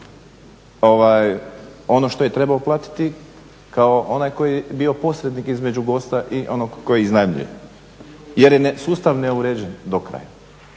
ono što je trebao platiti kao onaj tko je bio posrednik gosta i onog koji iznajmljuje jer je sustav neuređen do kraja.